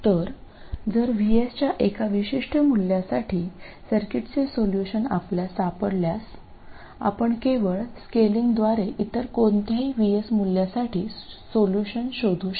तर जर VS च्या एका विशिष्ट मूल्यासाठी सर्किटचे सोल्युशन आपल्यास सापडल्यास आपण केवळ स्केलिंगद्वारे इतर कोणत्याही VS मूल्यासाठी सोल्युशन शोधू शकता